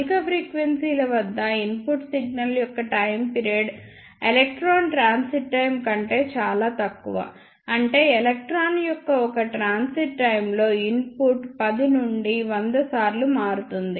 అధిక ఫ్రీక్వెన్సీల వద్ద ఇన్పుట్ సిగ్నల్ యొక్క time period electron transit time కంటే చాలా తక్కువ అంటే ఎలక్ట్రాన్ యొక్క ఒక ట్రాన్సిట్ టైమ్ లో ఇన్పుట్ 10 నుండి 100 సార్లు మారుతుంది